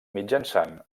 mitjançant